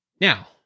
Now